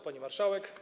Pani Marszałek!